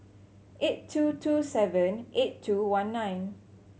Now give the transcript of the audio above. eight two two seven eight two one nine